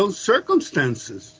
those circumstances